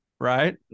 Right